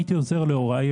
א הייתי עוזר להוריי,